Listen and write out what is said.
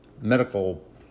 medical